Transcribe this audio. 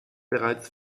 bereits